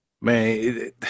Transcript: Man